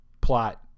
plot